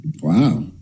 Wow